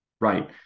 right